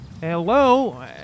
Hello